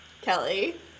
Kelly